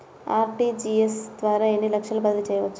RTGS ద్వారా ఎన్ని లక్షలు బదిలీ చేయవచ్చు?